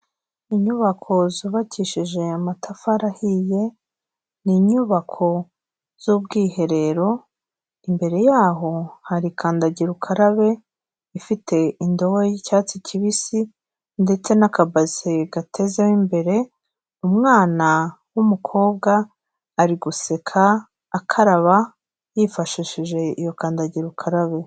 Inyubako zubakishije amatafari ahiye ni inyubako z'ubwiherero, imbere yaho hari kandagira ukarabe ifite indobo y'icyatsi kibisi ndetse n'akabase gatezeho w'imbere umwana w'umukobwa ari guseka akaraba yifashishije iyo kandagira ukarabe.